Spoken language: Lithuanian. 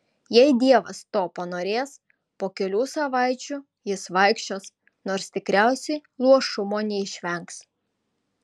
jei dievas to panorės po kelių savaičių jis vaikščios nors tikriausiai luošumo neišvengs